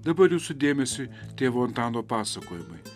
dabar jūsų dėmesiui tėvo antano pasakojimai